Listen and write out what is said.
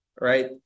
right